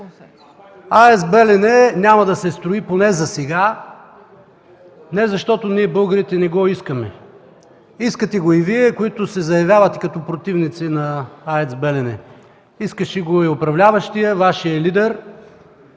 АЕЦ „Белене” няма да се строи, поне засега. Не защото ние българите не го искаме. Искате го и Вие, които се заявявате като противници на АЕЦ „Белене”. Искаше го и управляващият – Вашият лидер.